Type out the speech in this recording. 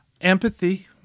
Empathy